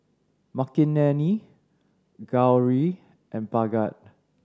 Makineni Gauri and Bhagat